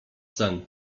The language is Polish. sen